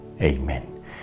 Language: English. Amen